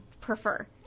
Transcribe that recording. prefer